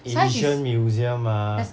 asian museum ah